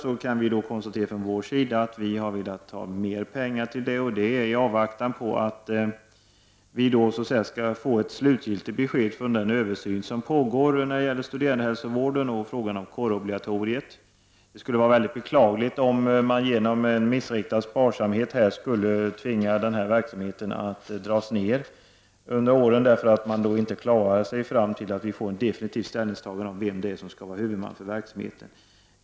Vi kan konstatera att vi har velat ha mer pengar till detta i avvaktan på ett slutgiltigt besked rörande den översyn som pågår av studerandehälsovården och kårobligatoriet. Det skulle vara mycket beklagligt om man genom missriktad sparsamhet tvingade fram en neddragning av denna verksamhet under åren för att man inte klarar sig fram till dess vi får ett definitivt ställningstagande till vem som skall vara huvudman för verksamheten.